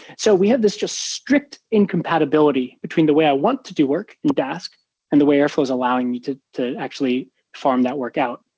so we have this just strict incompatibility between the way i want to do work in dask and the way airflow is allowing me to to actually form that work out.